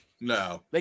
No